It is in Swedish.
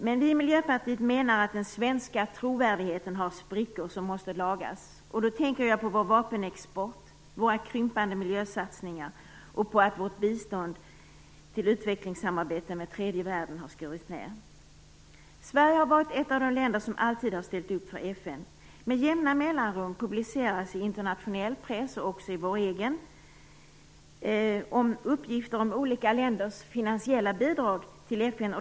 Men vi i Miljöpartiet menar att den svenska trovärdigheten har sprickor som måste lagas. Då tänker jag på vår vapenexport, på våra krympande miljösatsningar och på att vårt bistånd till utvecklingssamarbetet med tredje världen har skurits ned. Sverige har varit ett av de länder som alltid har ställt upp för FN. Med jämna mellanrum publiceras i internationell press och även i vår egen press uppgifter om olika länders finansiella bidrag till FN.